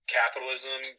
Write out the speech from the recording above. capitalism